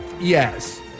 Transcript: Yes